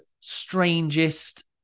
strangest